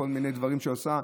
בכל מיני דברים שהוא עשה,